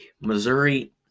Missouri